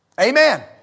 Amen